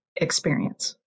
experience